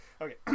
okay